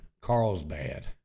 Carlsbad